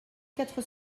quatre